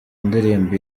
ndirimbo